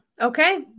Okay